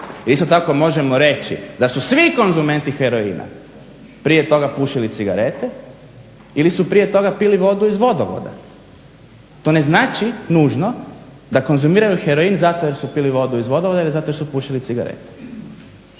Isto tako možemo reći da su svi konzumenti heroina prije toga pušili cigarete ili su prije toga pili vodu iz vodovoda. To ne znači nužno da konzumiraju heroin zato jer su pili vodu iz vodovoda ili zato jer su pušili cigarete.